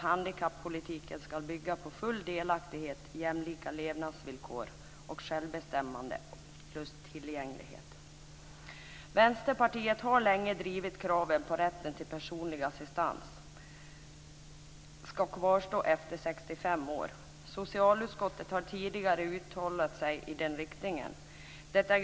Handikappolitiken ska bygga på full delaktighet, jämlika levnadsvillkor och självbestämmande plus tillgänglighet. Vänsterpartiet har länge drivit kravet att rätten till personlig assistans ska kvarstå efter det att man fyller 65 år.